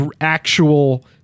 actual